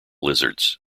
lizards